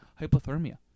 hypothermia